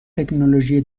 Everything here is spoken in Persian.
تکنولوژی